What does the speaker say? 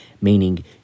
meaning